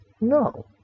no